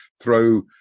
throw